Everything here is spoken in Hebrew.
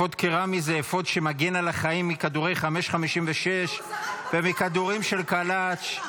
אפוד קרמי זה אפוד שמגן על החיים מכדורי 5.56 ומכדורים של קלצ'ניקוב.